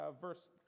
verse